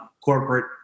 corporate